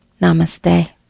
Namaste